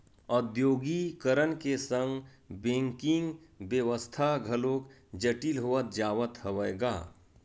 औद्योगीकरन के संग बेंकिग बेवस्था घलोक जटिल होवत जावत हवय गा